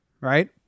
right